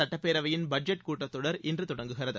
சட்டப்பேரவையின் பட்ஜெட் கூட்டத் தொடர் இன்று தொடங்குகிறது